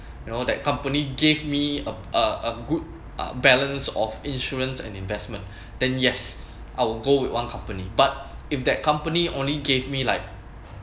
you know that company gave me a a good uh balance of insurance and investment then yes I will go with one company but if that company only gave me like